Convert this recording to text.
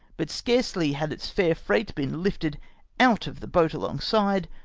but scarcely had its fair fi-eight been hfted out of the boat alongside,